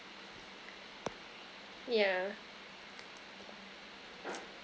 yeah